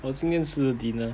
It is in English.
我今天吃的 dinner